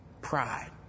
Pride